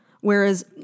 Whereas